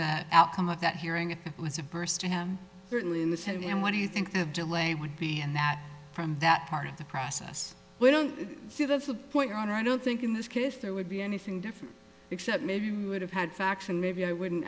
that outcome of that hearing was a burst certainly in the senate and what do you think of delay would be and that from that part of the process we don't see that's the point your honor i don't think in this case there would be anything different except maybe me would have had facts and maybe i wouldn't